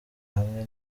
hamwe